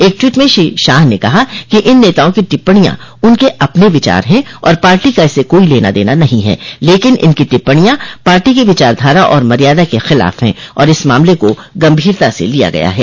एक ट्वीट में श्री शाह ने कहा कि इन नेताओं की टिप्पणियां उनके अपने विचार हैं और पार्टी का इससे कोई लेना देना नहीं है लेकिन इनकी टिप्पणियां पार्टी की विचारधारा और मर्यादा के खिलाफ हैं और इस मामले को गम्भीरता से लिया गया है